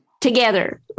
Together